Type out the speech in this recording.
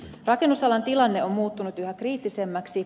rakennusalan tilanne on muuttunut yhä kriittisemmäksi